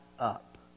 up